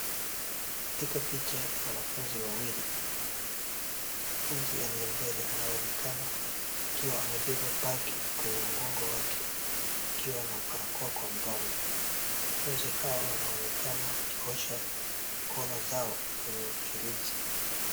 Katika picha hiyo wanafunzi wawili, mwanafunzi aliyembele anaonekana akiwa amebeba bagi kwenye mgongo wake, akiwa na barakoa kwa mdomo. Wanafunzi hawa wanaonekana wakiosha mkono zao kwenye mfereji.